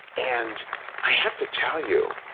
and i have to tell you,